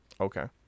Okay